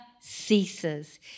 ceases